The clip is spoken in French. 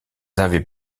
avaient